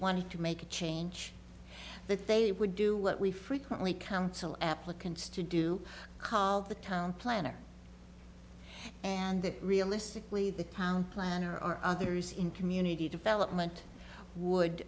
wanted to make a change that they would do what we frequently counsel applicants to do call the town planner and realistically the town planner or others in community development